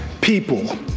people